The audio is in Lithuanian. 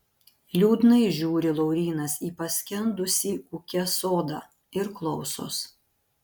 liūdnai žiūri laurynas į paskendusį ūke sodą ir klausos